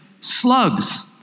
slugs